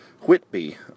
Whitby